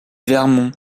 vermont